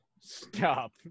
stop